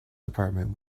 department